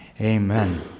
Amen